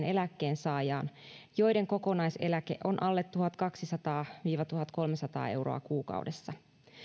eläkkeensaajaan joiden kokonaiseläke on alle tuhatkaksisataa viiva tuhatkolmesataa euroa kuukaudessa